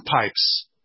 pipes